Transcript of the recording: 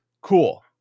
Cool